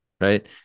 right